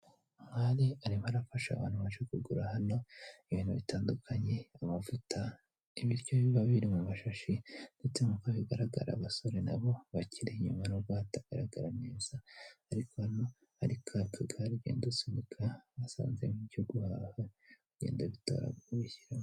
Ahari arimo arafasha abantu baje kugura hano ibintu bitandukanye, amavuta, ibiryo biba biri mu mashashi. Gutambuka bigaragara, abasore na bo bakiri inyuma nubwo hatagaragara neza ariko hari ka kagari ugenda usunika basanze mu gihugu bigenda bitarashyiramo.